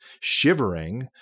shivering